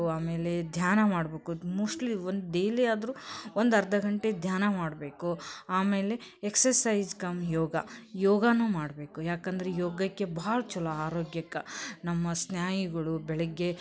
ಆಮೇಲೆ ಧ್ಯಾನ ಮಾಡ್ಬೇಕು ಮೋಸ್ಟ್ಲಿ ಒಂದು ಡೇಲಿ ಆದ್ರೂ ಒಂದು ಅರ್ಧ ಗಂಟೆ ಧ್ಯಾನ ಮಾಡಬೇಕು ಆಮೇಲೆ ಎಕ್ಸಸೈಜ್ ಕಮ್ ಯೋಗ ಯೋಗನೂ ಮಾಡಬೇಕು ಏಕಂದ್ರೆ ಯೋಗಕ್ಕೆ ಭಾಳ ಚೊಲೋ ಆರೋಗ್ಯಕ್ಕೆ ನಮ್ಮ ಸ್ನಾಯುಗಳು ಬೆಳಿಗ್ಗೆ